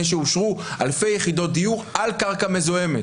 שאושרו אלפי יחידות דיור על קרקע מזוהמת.